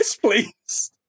Please